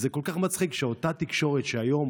זה כל כך מצחיק שאותה תקשורת שהיום,